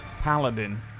paladin